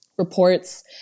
reports